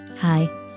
Hi